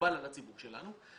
חירום ומלחמה.